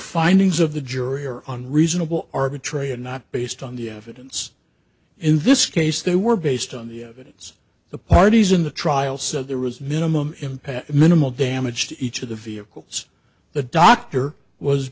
findings of the jury are on reasonable arbitrator not based on the evidence in this case they were based on the evidence the parties in the trial said there was minimum impact minimal damage to each of the vehicles the doctor was